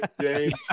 James